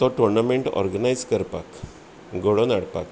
तो tournament organise करपाक घडोवन हाडपाक